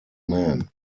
man